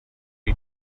you